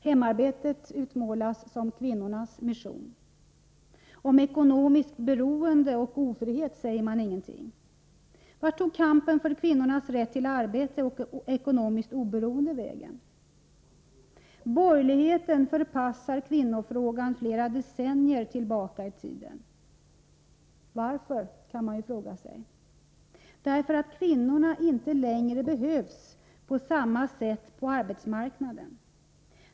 Hemarbetet utmålas som kvinnornas mission. Om ekonomiskt beroende och ofrihet säger man ingenting. Vart tog kampen för kvinnornas rätt till arbete och ekonomiskt oberoende vägen? Borgerligheten förpassar kvinnofrågan flera decennier tillbaka i tiden. Varför? kan man ju fråga sig. Jo, därför att kvinnorna inte längre behövs på samma sätt som tidigare på arbetsmarknaden.